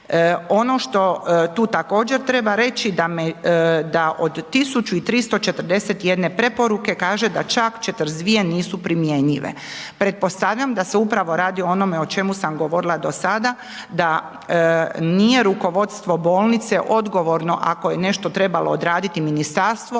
Ono što tu također treba reći, da od 1341 preporuke, kaže da čak 42 nisu primjenjive. Pretpostavljam da se upravo radi upravo o onome o čemu sam govorila do sada, da nije rukovodstvo bolnice odgovor ako je nešto trebalo odraditi ministarstvo,